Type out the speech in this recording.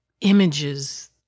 images